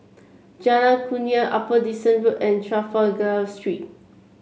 Jalan Kurnia Upper Dickson Road and Trafalgar Street